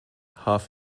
half